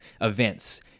events